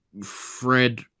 Fred